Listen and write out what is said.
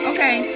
Okay